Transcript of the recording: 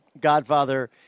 godfather